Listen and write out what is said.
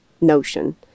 notion